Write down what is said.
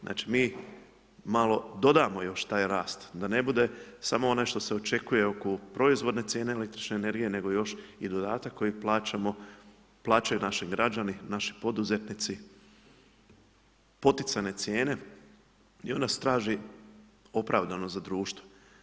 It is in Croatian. Znači mi malo dodamo još taj rast da ne bude samo onaj što se očekuje oko proizvodne cijene električne energije, nego još i dodatak koji plaćaju naši građani, naši poduzetnici poticajne cijene i ona se traži opravdana za društvo.